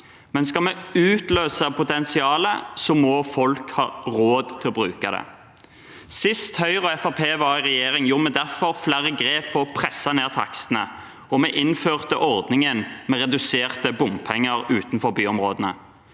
Men skal vi utløse potensialet, må folk har råd til å bruke det. Sist Høyre og Fremskrittspartiet var i regjering, gjorde vi derfor flere grep for å presse ned takstene, og vi innførte ordningen med reduserte bompenger utenfor byområdene.